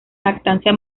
lactancia